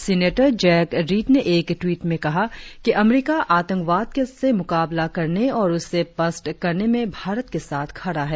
senator Jack Reed ने एक tweet में कहा कि अमरीका आतंकवाद से मुकाबला करने और उसे पस्त करने में भारत के साथ खड़ा है